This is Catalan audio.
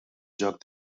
joc